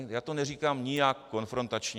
Já to neříkám nijak konfrontačně.